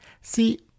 See